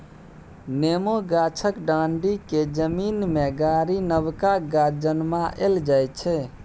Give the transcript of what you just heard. नेबो गाछक डांढ़ि केँ जमीन मे गारि नबका गाछ जनमाएल जाइ छै